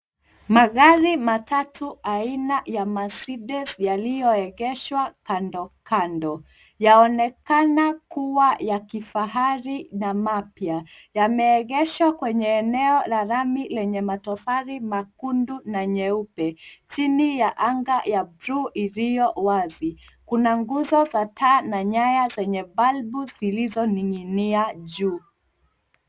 Magari matatu aina ya mercedes yaliyoekezwa kandokando. Yaonekana kuwa ya kifahari na mapya. Yameegeshwa kwenye eneo la lami lenye matofali makundu na nyeupe. Chini ya anga ya bluu iliyo wazi. Kuna nguzo za taa na nyaya zenye balbu zilizoning'inia juu.